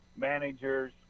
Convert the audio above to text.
managers